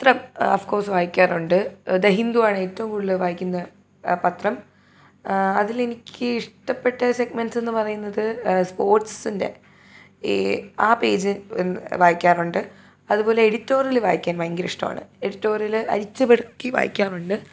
പത്രം ഓഫ്കോസ് വായിക്കാറുണ്ട് ദ ഹിന്ദുവാണേറ്റവും കൂടുതൽ വായിക്കുന്ന പത്രം അതിലെനിക്ക് ഇഷ്ടപ്പെട്ട സെഗ്മെൻസ് എന്നു പറയുന്നത് സ്പോർട്സിൻ്റെ ഈ ആ പേജ് ഒന്ന് വായിക്കാറുണ്ട് അതുപോലെ എഡിറ്റോറിയൽ വായിക്കാൻ ഭയങ്കര ഇഷ്ടമാണ് എഡിറ്റോറിയൽ അരിച്ചു പെറുക്കി വായിക്കാറുണ്ട്